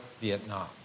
Vietnam